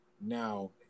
now